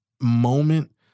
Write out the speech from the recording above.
moment